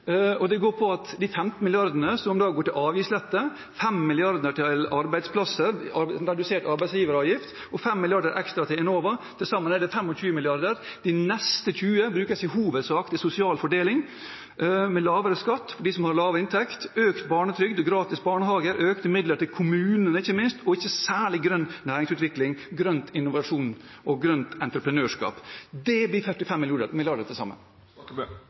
kveld. Det går på at 15 mrd. kr går til avgiftslette, 5 mrd. kr går til arbeidsplasser – redusert arbeidsgiveravgift – og 5 mrd. kr ekstra går til Enova. Til sammen er det 25 mrd. kr. De neste 20 mrd. kr brukes i hovedsak til sosial fordeling: lavere skatt for dem som har lav inntekt, økt barnetrygd, gratis barnehage, og ikke minst økte midler til kommunen – og særlig grønn næringsutvikling, grønn innovasjon og grønt entreprenørskap. Det blir 45 mrd. kr til sammen.